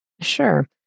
Sure